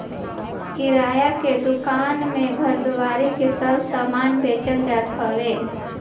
किराणा के दूकान में घरदारी के सब समान बेचल जात हवे